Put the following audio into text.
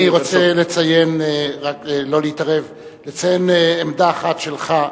אני רוצה לציין, לא להתערב, לציין עמדה אחת שלך,